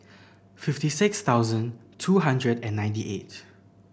fifty six thousand two hundred and ninety eight